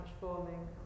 transforming